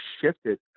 shifted